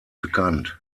bekannt